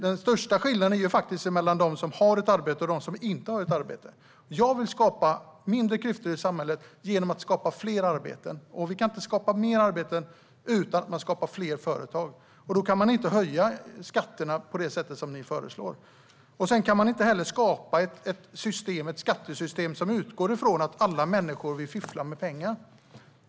Den största skillnaden är ju faktiskt mellan dem som har ett arbete och dem som inte har ett arbete. Jag vill skapa mindre klyftor i samhället genom att skapa fler arbeten, och vi kan inte skapa fler arbeten utan att det skapas fler företag. Då kan man inte höja skatterna på det sättet som Vänsterpartiet föreslår. Man kan heller inte skapa ett skattesystem som utgår från att alla människor vill fiffla med pengar.